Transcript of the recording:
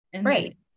right